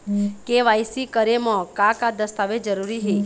KYC करे म का का दस्तावेज जरूरी हे?